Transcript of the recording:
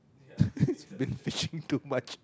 been fishing too much